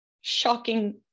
shocking